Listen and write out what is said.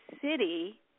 city